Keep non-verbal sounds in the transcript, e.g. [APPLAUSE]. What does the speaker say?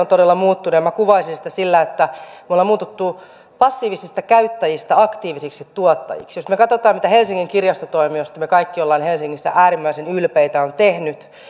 [UNINTELLIGIBLE] todella muuttunut ja minä kuvaisin sitä sillä että me olemme muuttuneet passiivisista käyttäjistä aktiivisiksi tuottajiksi jos me katsomme mitä helsingin kirjastotoimi josta me kaikki olemme helsingissä äärimmäisen ylpeitä on tehnyt